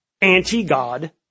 anti-God